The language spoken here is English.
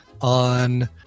on